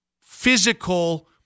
physical